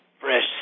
fresh